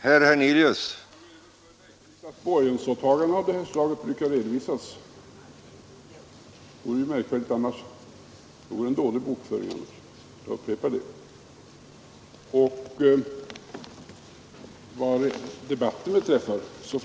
Herr talman! Får jag säga herr Bergqvist att borgensåtaganden av detta slag brukar redovisas. Det vore märkligt annars och det vore en mycket dålig bokföring. Jag upprepar detta.